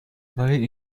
vallée